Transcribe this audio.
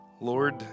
Lord